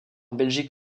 belgique